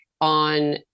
on